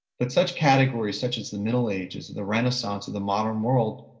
but such categories such as the middle ages, the renaissance of the modern world,